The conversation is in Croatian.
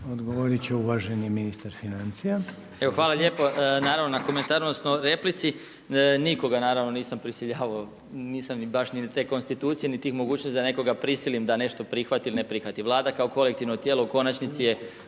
Odgovorit će uvaženi ministar financija. **Marić, Zdravko** Evo hvala lijepo naravno na komentaru, odnosno replici. Nikoga naravno nisam prisiljavao, nisam baš ni te konstitucije, ni tih mogućnosti da nekoga prisilim da nešto prihvati ili ne prihvati. Vlada kao kolektivno tijelo